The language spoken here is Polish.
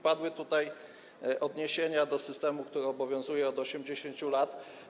Padły tutaj odniesienia do systemu, który obowiązuje od 80 lat.